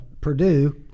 Purdue